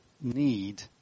need